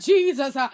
Jesus